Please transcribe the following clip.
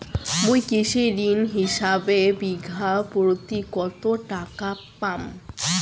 মুই কৃষি ঋণ হিসাবে বিঘা প্রতি কতো টাকা পাম?